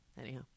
Anyhow